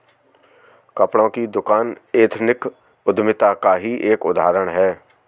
कपड़ों की दुकान एथनिक उद्यमिता का ही एक उदाहरण है